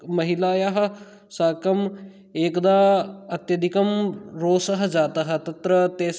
महिलायाः साकम् एकदा अत्यधिकं रोषः जातः तत्र तेषां